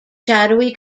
shadowy